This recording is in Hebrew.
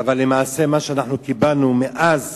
אבל למעשה מה שקיבלנו מאז